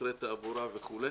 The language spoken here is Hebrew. מוצרי תעבורה וכו'.